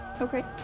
Okay